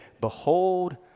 Behold